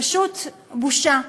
פשוט בושה.